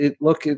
look